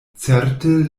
certe